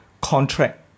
contract